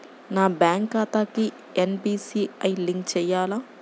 నా బ్యాంక్ ఖాతాకి NPCI link చేయాలా?